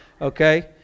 Okay